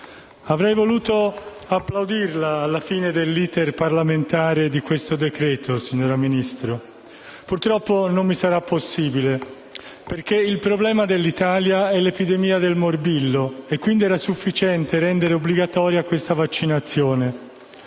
avrei voluto applaudire la signora Ministro alla fine dell'*iter* parlamentare di questo decreto-legge, ma purtroppo non mi sarà possibile, perché il problema dell'Italia è l'epidemia di morbillo e quindi era sufficiente a rendere obbligatoria questa vaccinazione.